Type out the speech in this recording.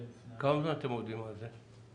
כמה זמן אתם עובדים על זה?